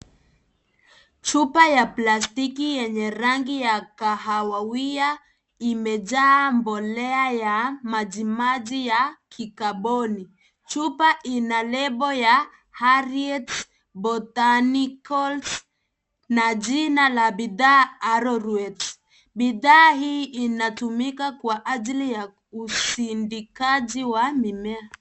Chupa ya plasitiki, yenye rangi ya kahawawia, imejaa mbolea ya maji maji ya kikaboni. Chupa ina label ya , Harriet botanicals na jina la bidhaa, Arorwet. Bidhaa hii inatumika kwa ajili ya usindikaji wa mimea.